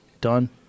Done